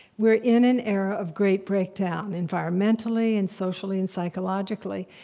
we're in an era of great breakdown, environmentally and socially and psychologically,